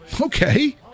Okay